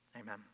Amen